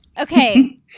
Okay